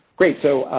great, so,